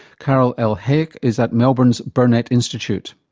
carol el-hayek is at melbourne's burnet institute.